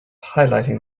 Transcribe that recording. highlighting